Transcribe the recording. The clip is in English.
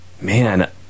man